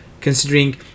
considering